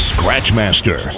Scratchmaster